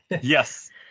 yes